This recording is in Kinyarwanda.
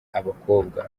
abakobwa